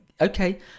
Okay